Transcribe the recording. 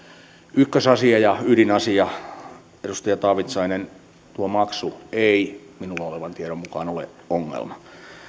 ykkösasia ja ydinasia edustaja taavitsainen tuo maksu ei minulla olevan tiedon mukaan ole ongelma